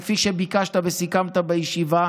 כפי שביקשת וסיכמת בישיבה